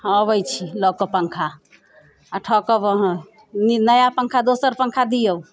हँ अबैत छी लऽ के पङ्खा आ ठकब अहाँ नी नया पङ्खा दोसर पङ्खा दिऔ